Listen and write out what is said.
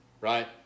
right